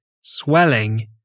swelling